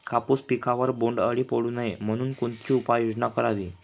कापूस पिकावर बोंडअळी पडू नये म्हणून कोणती उपाययोजना करावी?